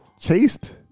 Chased